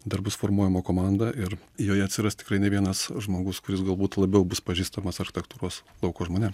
dar bus formuojama komanda ir joje atsiras tikrai ne vienas žmogus kuris galbūt labiau bus pažįstamas architektūros lauko žmonėm